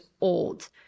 old